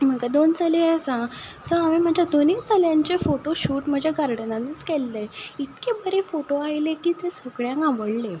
म्हाका दोन चले आसा सो हांवें म्हज्या दोनूय चलयांचे फोटोशूट म्हज्या गार्डनानूच केल्ले इतके बरे फोटो आयले की ते सगळ्यांक आवडले